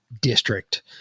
district